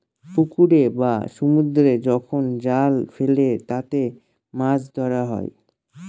পুকুরে বা সমুদ্রে যখন জাল ফেলে তাতে মাছ ধরা হয়